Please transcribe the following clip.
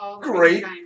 great